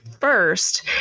first